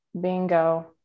Bingo